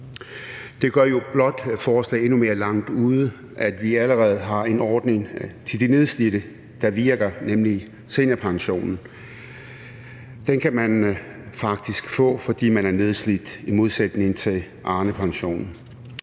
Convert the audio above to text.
Det gør jo blot forslaget endnu mere langt ude, at vi allerede har en ordning til de nedslidte, der virker, nemlig seniorpensionen. Den kan man faktisk få, fordi man er nedslidt, i modsætning til Arnepensionen.